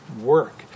Work